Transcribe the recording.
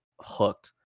hooked